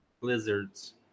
lizards